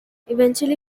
eventually